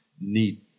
need